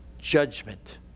judgment